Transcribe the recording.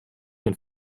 can